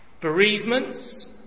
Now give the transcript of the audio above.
bereavements